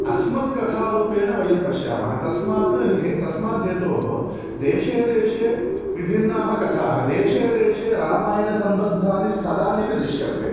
अस्मत् कथारूपेण वयं पश्यामः तस्मात् हे तस्माद्धेतोः देशे देशे विभिन्नाः कथाः देशे देशे रामायणसम्बद्धानि स्थलान्यपि दृश्यन्ते